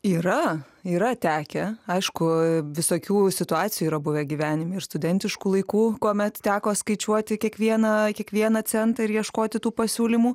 yra yra tekę aišku visokių situacijų yra buvę gyvenime ir studentiškų laikų kuomet teko skaičiuoti kiekvieną kiekvieną centą ir ieškoti tų pasiūlymų